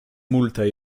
multe